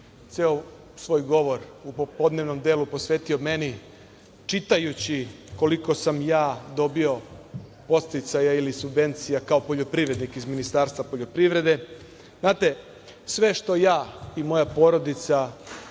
ceo svoj govor u popodnevnom delu posvetio meni, čitajući koliko sam ja dobio podsticaja ili subvencija kao poljoprivrednik iz Ministarstva poljoprivrede, znate, sve što ja i moja porodica